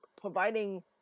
providing